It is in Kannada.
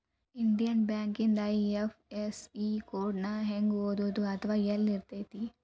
ಇಂಡಿಯನ್ ಬ್ಯಾಂಕಿಂದ ಐ.ಎಫ್.ಎಸ್.ಇ ಕೊಡ್ ನ ಹೆಂಗ ಓದೋದು ಅಥವಾ ಯೆಲ್ಲಿರ್ತೆತಿ?